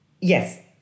yes